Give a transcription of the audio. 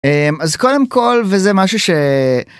אז קודם כל, וזה משהו ש...